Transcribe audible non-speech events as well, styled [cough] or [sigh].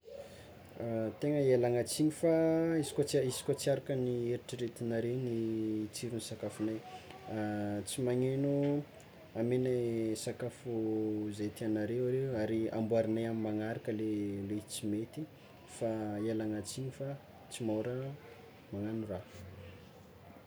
[hesitation] Tegna hialagna tsiny fa izy koa izy koa tsy araka ny nieritreretinareo ny tsiron'ny sakafonay [hesitation] tsy magnino amenay sakafo ze tiagnareo are ary amboarinay amy magnaraka le izy tsy mety fa ialana tsiny fa tsy môra magnano raha.